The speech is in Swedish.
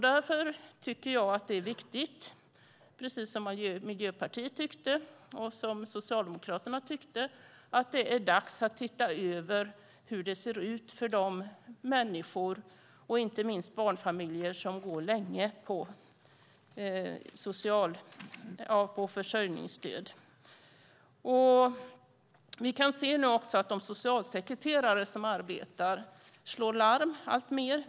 Därför tycker jag, precis som Miljöpartiet och Socialdemokraterna gjorde, att det är dags att titta över hur det ser ut för de människor - inte minst barnfamiljer - som går på försörjningsstöd länge. Vi kan nu också se att de socialsekreterare som arbetar alltmer slår larm.